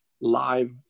live